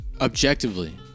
Objectively